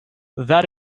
that